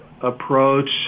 approach